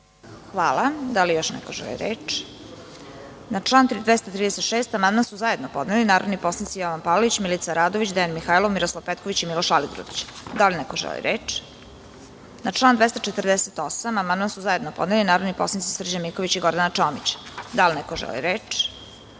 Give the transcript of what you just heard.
Kovač** Da li još neko želi reč? (Ne)Na član 236. amandman su zajedno podneli narodni poslanici Jovan Palalić, Milica Radović, Dejan Mihajlov, Miroslav Petković i Miloš Aligrudić. Da li neko želi reč? (Ne)Na član 248. amandman su zajedno podneli narodni poslanici Srđan Miković i Gordana Čomić. Da li neko želi reč?